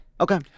okay